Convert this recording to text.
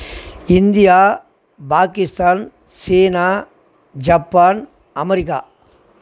India Pakistan சீனா Japan America